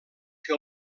que